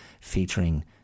featuring